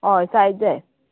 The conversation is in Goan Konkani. हय सायज जाय